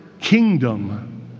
kingdom